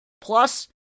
plus